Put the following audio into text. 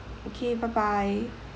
okay bye bye